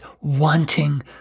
wanting